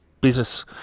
business